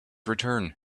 return